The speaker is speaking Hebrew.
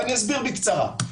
אני אסביר בקצרה.